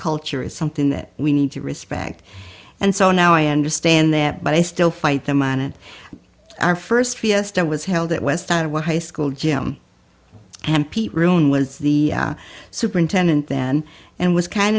culture is something that we need to respect and so now i understand that but i still fight them on it our first fiesta was held at west side of what high school gym and pete room was the superintendent then and was kind